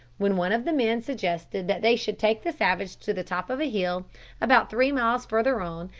when one of the men suggested that they should take the savage to the top of a hill about three miles further on,